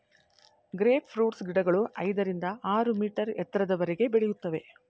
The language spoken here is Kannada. ಗ್ರೇಪ್ ಫ್ರೂಟ್ಸ್ ಗಿಡಗಳು ಐದರಿಂದ ಆರು ಮೀಟರ್ ಎತ್ತರದವರೆಗೆ ಬೆಳೆಯುತ್ತವೆ